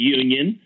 union